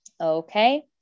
Okay